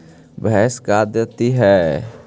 भैंस का देती है?